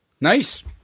Nice